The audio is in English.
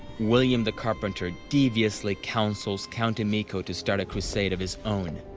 william the carpenter deviously counsels count emicho to start a crusade of his own.